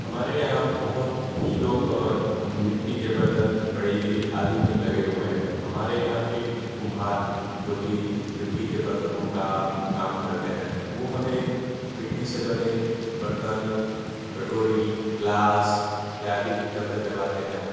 हमारे यहाँ बहुत ही लोग मिट्टी के बर्तन बढईगिरी आदि में लगे हुए हैं हमारे यहाँ के कुम्हार जो कि मिट्टी के बर्तनों का काम करते हैं वो हमें मिट्टी से बने बर्तन कटोरी ग्लास इत्यादि उपलब्ध करवाते हैं